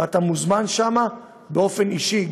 ואתה מוזמן לשם באופן אישי,